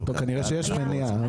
טוב, כנראה שיש מניעה.